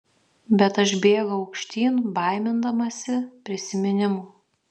bet aš bėgau aukštyn baimindamasi prisiminimų